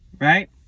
Right